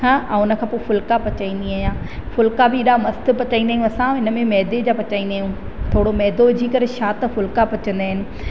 हा उन खां पोइ फुलिका पचाईंदी आहियां फुलिका बि एॾा मस्तु पचाईंदा आहियूं असां हिन में मैदे जा पचाईंदा आहियूं थोरो मैदो विझी करे छा त फुलिका पचंदा आहिनि